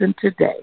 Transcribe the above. today